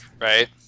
Right